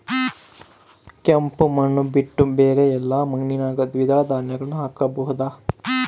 ಕೆಂಪು ಮಣ್ಣು ಬಿಟ್ಟು ಬೇರೆ ಎಲ್ಲಾ ಮಣ್ಣಿನಾಗ ದ್ವಿದಳ ಧಾನ್ಯಗಳನ್ನ ಹಾಕಬಹುದಾ?